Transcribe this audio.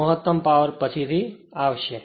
તો મહત્તમ પાવર પછીથી આવશે